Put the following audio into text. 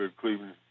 Cleveland